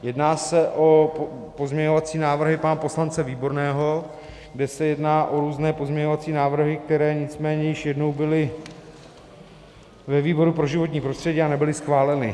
Jedná se o pozměňovací návrhy pana poslance Výborného, kde se jedná o různé pozměňovací návrhy, které nicméně již jednou byly ve výboru pro životní prostředí a nebyly schváleny.